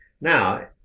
Now